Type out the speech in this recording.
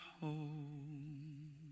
home